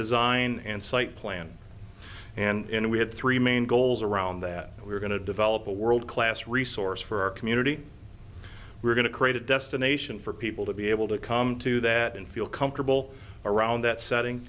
design and site plan and we had three main goals around that we're going to develop a world class resource for our community we're going to create a destination for people to be able to come to that and feel comfortable around that setting